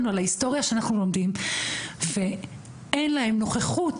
ההיסטוריה שאנחנו לומדים ואין להם נוכחות,